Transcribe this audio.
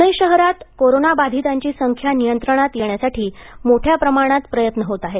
प्रणे शहरात करोनाबाधितांची संख्या नियंत्रणात येण्यासाठी मोठ्या प्रमाणांत प्रयत्न होत आहेत